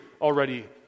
already